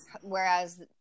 whereas